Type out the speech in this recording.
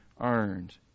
earned